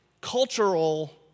cultural